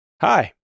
Hi